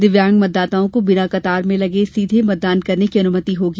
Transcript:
दिव्यांग मतदाताओं को बिना कतार में लगे सीधे मतदान करने की अनुमति होगी